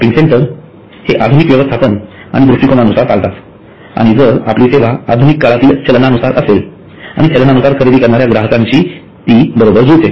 shopping centre हे आधुनिक व्यवस्थापन आणि दृष्टीकोनानुसार चालतात आणि जर आपली सेवा आधुनिक काळातील चलनानुसार असेल आणि चालनानुसार खरेदि करणाऱ्या ग्राहकांशी ते बरोबर जुळते